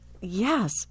Yes